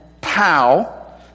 pow